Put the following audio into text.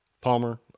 Palmer